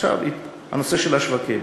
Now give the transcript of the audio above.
עכשיו הנושא של השווקים: